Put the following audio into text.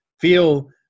feel